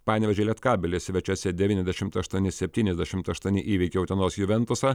panevėžio lietkabelis svečiuose devyniasdešimt aštuoni septyniasdešimt aštuoni įveikė utenos juventusą